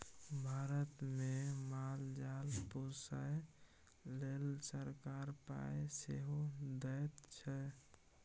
भारतमे माल जाल पोसय लेल सरकार पाय सेहो दैत छै